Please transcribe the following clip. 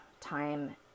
time